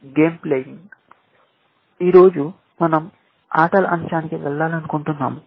ఈ రోజు మన০ ఆటల అంశానికి వెళ్లాలనుకుంటున్నాము